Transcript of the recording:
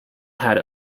had